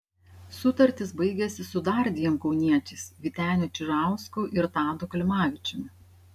sutartys baigiasi su dar dviem kauniečiais vyteniu čižausku ir tadu klimavičiumi